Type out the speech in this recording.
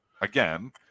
again